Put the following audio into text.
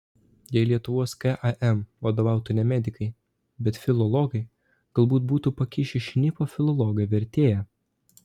jei lietuvos kam vadovautų ne medikai bet filologai galbūt būtų pakišę šnipą filologą vertėją